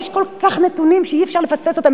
יש לי כל כך נתונים שאי-אפשר לפספס אותם.